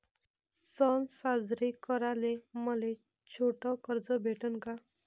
सन साजरे कराले मले छोट कर्ज भेटन का?